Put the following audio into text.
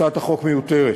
הצעת החוק מיותרת.